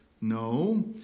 No